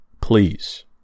Please